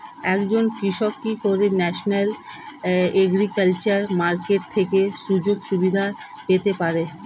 একজন কৃষক কি করে ন্যাশনাল এগ্রিকালচার মার্কেট থেকে সুযোগ সুবিধা পেতে পারে?